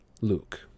Luke